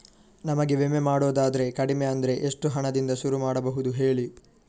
ನಮಗೆ ವಿಮೆ ಮಾಡೋದಾದ್ರೆ ಕಡಿಮೆ ಅಂದ್ರೆ ಎಷ್ಟು ಹಣದಿಂದ ಶುರು ಮಾಡಬಹುದು ಹೇಳಿ